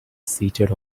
seated